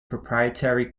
proprietary